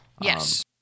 Yes